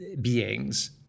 beings